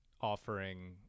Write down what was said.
offering